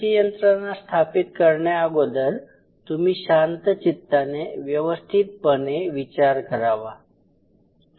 अशी यंत्रणा स्थापित करण्या अगोदर तुम्ही शांत चित्ताने व्यवस्थितपणे विचार करावा